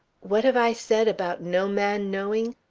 what have i said about no man knowing?